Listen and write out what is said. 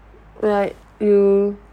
right you